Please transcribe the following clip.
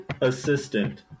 assistant